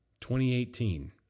2018